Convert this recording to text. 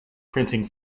printing